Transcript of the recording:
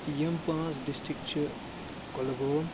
یِم پانٛژھ ڈِسٹِرٛک چھِ کۄلگوم